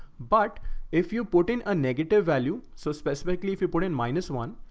but if you put in a negative value, so specifically if you put in minus one,